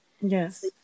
Yes